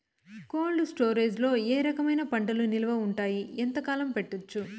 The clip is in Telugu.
కోల్డ్ స్టోరేజ్ లో ఏ రకమైన పంటలు నిలువ ఉంటాయి, ఎంతకాలం పెట్టొచ్చు?